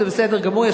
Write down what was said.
זה בסדר גמור.